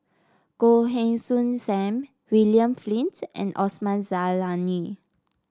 Goh Heng Soon Sam William Flint and Osman Zailani